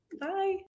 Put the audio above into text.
Bye